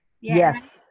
Yes